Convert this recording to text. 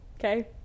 okay